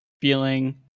feeling